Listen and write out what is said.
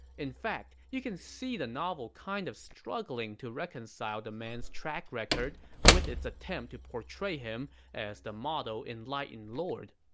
in fact, you can see the novel kind of struggling to reconcile the man's track record with its attempt to portray him as the model enlightened lord.